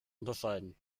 unterscheiden